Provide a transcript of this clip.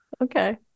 Okay